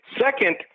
second